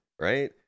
right